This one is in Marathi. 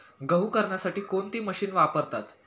गहू करण्यासाठी कोणती मशीन वापरतात?